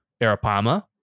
Arapama